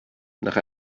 nach